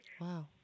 Wow